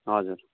हजुर